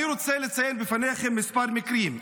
אני רוצה לציין לפניכם כמה מקרים: